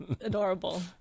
Adorable